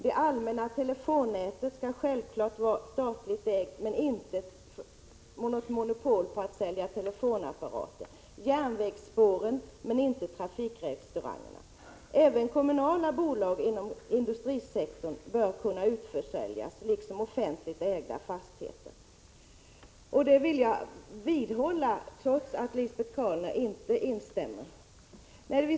Det allmänna telefonnätet skall självklart vara statligt ägt, men televerket skall inte ha monopol på att sälja telefonapparater. Järnvägsspåren skall ägas av staten men inte trafikrestaurangerna. Även kommunala bolag inom industrisektorn bör kunna utförsäljas, liksom offentligt ägda fastigheter. Det vill jag vidhålla, trots att Lisbet Calner inte instämmer.